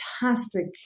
fantastic